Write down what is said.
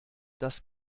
das